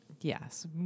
Yes